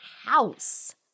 house